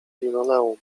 linoleum